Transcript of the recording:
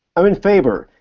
i'm in favor.